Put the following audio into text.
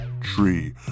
tree